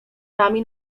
nami